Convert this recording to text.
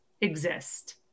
exist